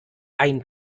ein